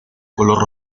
color